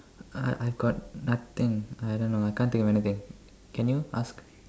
uh I I've got nothing I don't know I can't think of anything can you ask